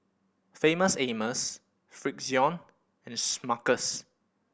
Famous Amos Frixion and Smuckers